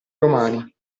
domani